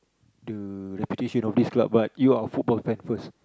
the reputation of this club but you are a football fan first